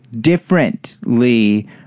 differently